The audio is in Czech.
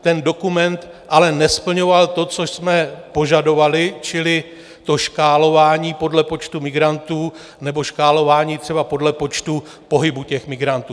Ten dokument ale nesplňoval to, co jsme požadovali, čili škálování podle počtu migrantů nebo škálování třeba podle počtu pohybu migrantů.